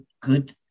good